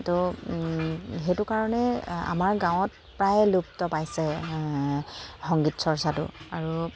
ত' সেইটো কাৰণে আমাৰ গাঁৱত প্ৰায় লুপ্ত পাইছে সংগীত চৰ্চাটো আৰু